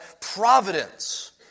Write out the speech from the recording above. providence